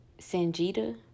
Sanjita